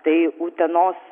tai utenos